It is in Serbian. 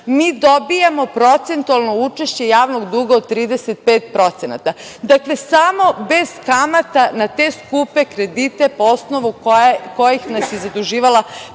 mi dobijemo procentualno učešće javnog duga od 35%. Dakle, samo bez kamata na te skupe kredite po osnovu kojih nas je zaduživala